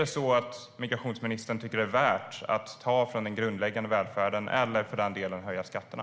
Tycker migrationsministern att det är värt att ta från den grundläggande välfärden eller för den delen höja skatterna?